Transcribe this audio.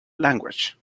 language